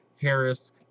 Harris